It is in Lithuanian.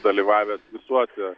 dalyvavęs visuose